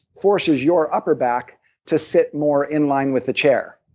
forces your upper back to sit more in-line with the chair.